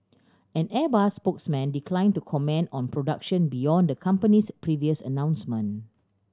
an Airbus spokesman declined to comment on production beyond the company's previous announcements